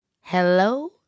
Hello